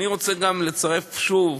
אני רוצה לצרף, שוב,